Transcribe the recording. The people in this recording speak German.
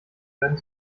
werden